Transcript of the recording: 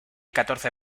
catorce